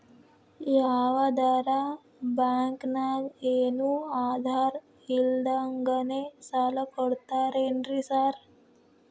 ಯಾವದರಾ ಬ್ಯಾಂಕ್ ನಾಗ ಏನು ಆಧಾರ್ ಇಲ್ದಂಗನೆ ಸಾಲ ಕೊಡ್ತಾರೆನ್ರಿ ಸಾರ್?